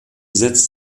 setzt